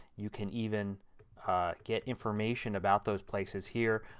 you can even get information about those places here.